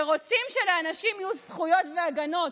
שרוצים שלאנשים יהיו זכויות והגנות.